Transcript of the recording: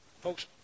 folks